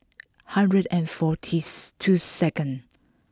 hundred and fortieth two second